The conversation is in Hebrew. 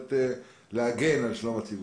ליכולת להגן על שלום הציבור.